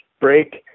break